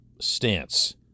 stance